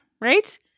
Right